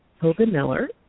Hogan-Miller